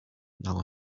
now